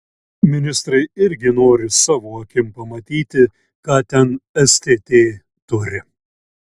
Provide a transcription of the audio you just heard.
ministrai irgi nori savo akim pamatyti ką ten stt turi